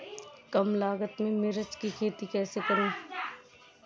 कम लागत में मिर्च की खेती कैसे करूँ?